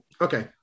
Okay